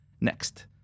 Next